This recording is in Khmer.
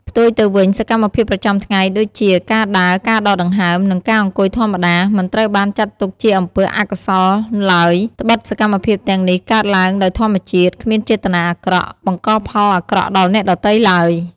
ផ្ទុយទៅវិញ សកម្មភាពប្រចាំថ្ងៃដូចជា ការដើរ ការដកដង្ហើម និងការអង្គុយធម្មតា មិនត្រូវបានចាត់ទុកជាអំពើអកុសលឡើយ ដ្បិតសកម្មភាពទាំងនេះកើតឡើងដោយធម្មជាតិ គ្មានចេតនាអាក្រក់ បង្កផលអាក្រក់ដល់អ្នកដទៃឡើយ។